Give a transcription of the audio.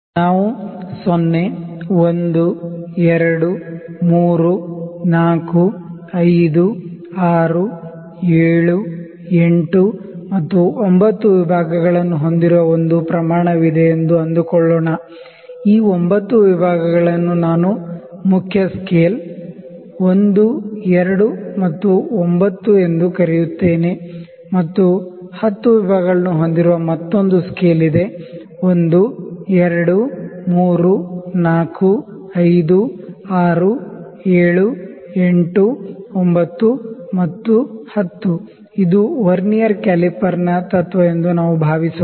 ನಾವು 0 1 2 3 4 5 6 7 8 ಮತ್ತು 9 ವಿಭಾಗಗಳನ್ನು ಹೊಂದಿರುವ ಒಂದು ಪ್ರಮಾಣವಿದೆ ಎಂದು ಅಂದುಕೊಳ್ಳೋಣ ಈ 9 ವಿಭಾಗಗಳನ್ನು ನಾನು ಮುಖ್ಯ ಸ್ಕೇಲ್ 1 2 ಮತ್ತು 9 ಎಂದು ಕರೆಯುತ್ತೇನೆ ಮತ್ತು 10 ವಿಭಾಗಗಳನ್ನು ಹೊಂದಿರುವ ಮತ್ತೊಂದು ಸ್ಕೇಲ್ ಇದೆ 1 2 3 4 5 6 7 8 9 ಮತ್ತು 10 ಇದು ವರ್ನಿಯರ್ ಕ್ಯಾಲಿಪರ್ನ ತತ್ವ ಎಂದು ನಾವುಭಾವಿಸೋಣ